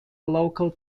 local